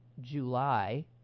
July